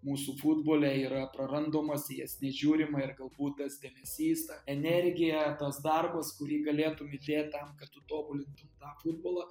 mūsų futbole yra prarandomas į jas nežiūrima ir galbūt tas dėmesys ta energija tas darbas kurį galėtum įdėt tam kad tu tobulintum tą futbolą